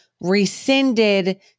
rescinded